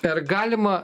ar galima